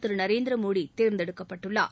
திரு நரேந்திரமோடி தேர்ந்தெடுக்கப்பட்டுள்ளார்